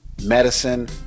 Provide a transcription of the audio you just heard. medicine